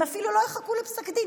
הם אפילו לא יחכו לפסק דין.